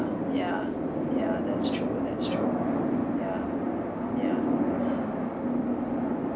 yeah yeah that's true that's true yeah yeah